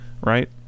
right